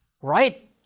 Right